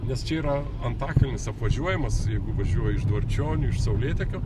nes čia yra antakalnis apvažiuojamas jeigu važiuoji iš dvarčionių iš saulėtekio